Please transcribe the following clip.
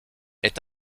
est